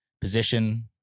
position